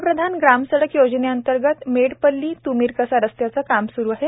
पंतप्रधान ग्राम सडक्योजनेंतर्गत मेडपल्ली त्मीरकसा रस्त्याचे काम स्रु आहे